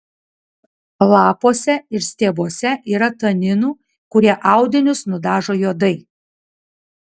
lapuose ir stiebuose yra taninų kurie audinius nudažo juodai